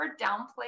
downplay